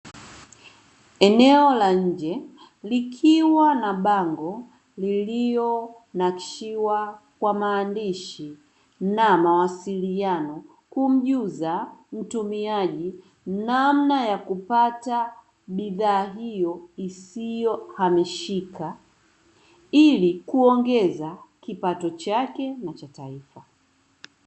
Eneo la nje, likiwa na bango lililonakshiwa kwa maandishi na mawasiliano, kumjuza mtumiaji namna ya kupata bidhaa hiyo isiyohamishika ili kuongeza kipato chake na cha taifa.